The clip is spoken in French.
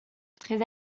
très